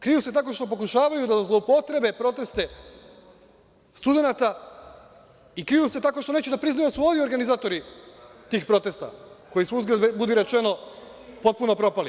Kriju se tako što pokušavaju da zloupotrebe proteste studenata i kriju se tako što neće da priznaju da su oni organizatori tih protesta, koji su, uzgred budi rečeno, potpuno propali.